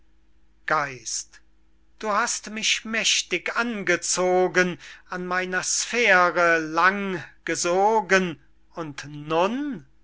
gesicht du hast mich mächtig angezogen an meiner sphäre lang gesogen und nun